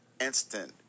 instant